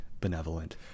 benevolent